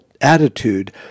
attitude